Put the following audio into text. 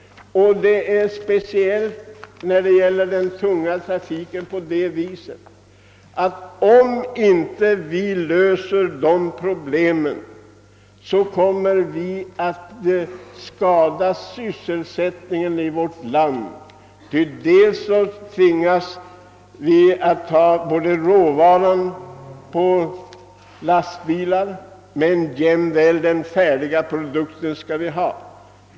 Om vi inte löser den tunga trafikens problem, kommer vi att skada sysselsättningen i vårt land, ty man tvingas då att frakta både råvaran och den färdiga produkten på lastbilar.